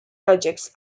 projects